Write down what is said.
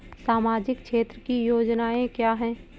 सामाजिक क्षेत्र की योजनाएँ क्या हैं?